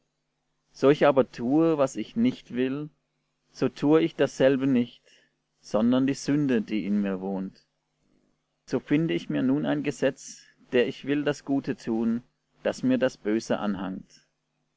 ich aber tue was ich nicht will so tue ich dasselbe nicht sondern die sünde die in mir wohnt so finde ich mir nun ein gesetz der ich will das gute tun daß mir das böse anhangt